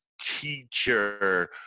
teacher